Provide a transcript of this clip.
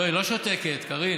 לא, היא לא שותקת, קארין.